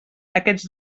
aquests